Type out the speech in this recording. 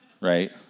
right